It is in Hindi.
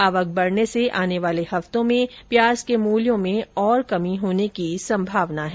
आवक बढ़ने से आने वाले हफ्तों में प्याज के मूल्यों में और कमी होने की संभावना है